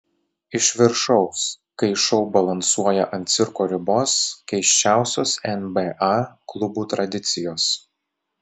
iš viršaus kai šou balansuoja ant cirko ribos keisčiausios nba klubų tradicijos